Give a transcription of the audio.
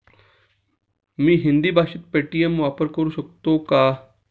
मी हिंदी भाषेत पेटीएम वापरू शकतो का?